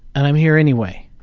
and i'm here anyway.